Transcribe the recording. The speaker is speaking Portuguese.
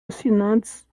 assinantes